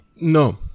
No